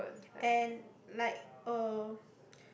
and like uh